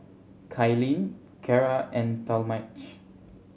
Kailyn Cara and Talmage